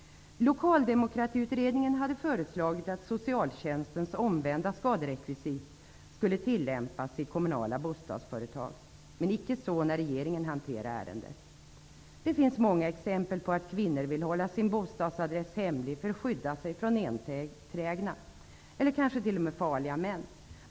Lokaldemokratiutredningen hade föreslagit att socialtjänstens omvända skaderekvisit skulle tillämpas i kommunala bostadsföretag. Men icke blev det så när regeringen hanterade ärendet. Det finns många exempel på att kvinnor vill hålla sin bostadsadress hemlig för att skydda sig från enträgna eller t.o.m. farliga män.